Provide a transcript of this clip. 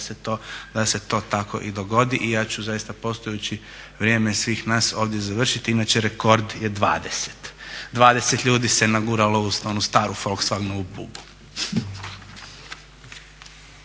se to tako i dogodi i ja ću zaista poštujući vrijeme svih nas ovdje završiti. Inače, rekord je 20. 20 ljudi se naguralo u onu staru Volkswagenovu bubu.